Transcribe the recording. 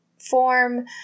form